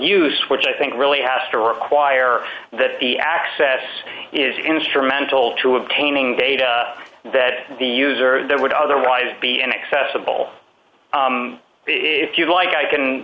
use which i think really has to require that the access is instrumental to obtaining data that the user that would otherwise be inaccessible if you'd like i can